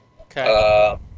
Okay